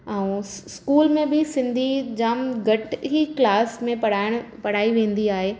ऐं इस्कूल में बि जामु घटि ई क्लास पढ़ाइणु पढ़ाई वेंदी आहे